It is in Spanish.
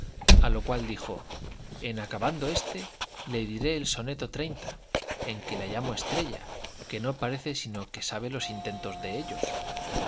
a lo cual dijo en acabando éste le diré el soneto treinta en que la llamo estrella que no parece sino que sabe los intentos de ellos